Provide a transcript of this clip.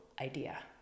idea